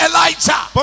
Elijah